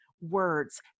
words